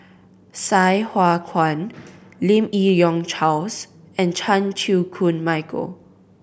Sai Hua Kuan Lim Yi Yong Charles and Chan Chew Koon Michael